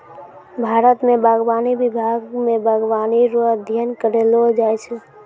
भारत मे बागवानी विभाग मे बागवानी रो अध्ययन करैलो जाय छै